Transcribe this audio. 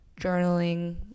journaling